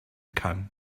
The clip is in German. kann